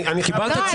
קיבלת תשובה.